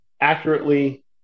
accurately